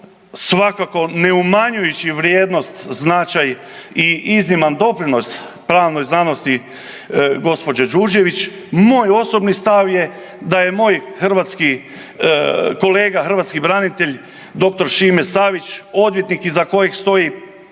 svakako ne umanjujući vrijednost, značaj i izniman doprinos pravnoj znanosti gospođe Đurđević, moj osobni stav je da je moj hrvatski kolega, hrvatski branitelj dr. Šime Savić odvjetnik iza kojeg stoji